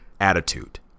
attitude